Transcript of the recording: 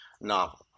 novel